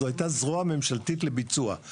זו הייתה זרוע ממשלתית לביצוע.